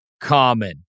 common